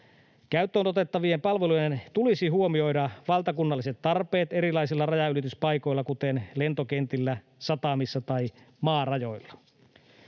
Käyttöön otettavien palvelujen tulisi huomioida valtakunnalliset tarpeet erilaisilla rajanylityspaikoilla, kuten lentokentillä, satamissa tai maarajoilla.